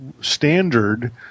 standard